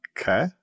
Okay